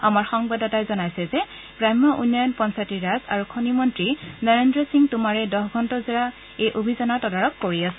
আমাৰ সংবাদদাতাই জনাইছে যে গ্ৰাম্য উন্নয়ন পঞ্চায়তী ৰাজ আৰু খনি মন্ত্ৰী নৰেন্দ্ৰ সিং টোমাৰে দহ ঘণ্টাজোৰা এই অভিযানৰ তদাৰক কৰি আছে